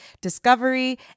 Discovery